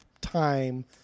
time